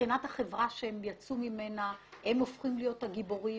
מבחינת החברה שהם יצאו ממנה הם הופכים להיות הגיבורים,